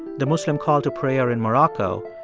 the muslim call to prayer in morocco,